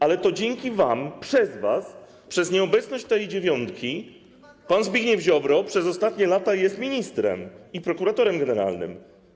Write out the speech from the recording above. Ale to dzięki wam, przez was, przez nieobecność tej dziewiątki pan Zbigniew Ziobro przez ostatnie lata był ministrem i prokuratorem generalnym.